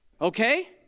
okay